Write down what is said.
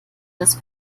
das